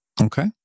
Okay